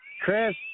Chris